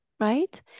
right